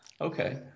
Okay